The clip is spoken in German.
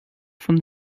von